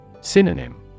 Synonym